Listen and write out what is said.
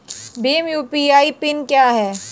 Bhim UPI PIN क्या है?